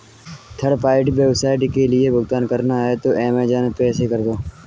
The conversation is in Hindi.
थर्ड पार्टी वेबसाइट के लिए भुगतान करना है तो क्या अमेज़न पे से कर दो